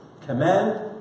Command